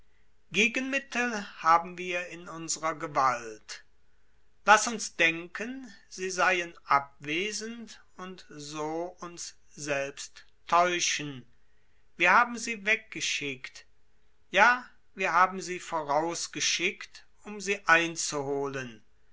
gegenmittel haben wir in unserer gewalt laß uns denken sie seien abwesend und uns selbst täuschen wir haben sie weggeschickt ja wir haben sie vorausgeschickt um sie einzuholen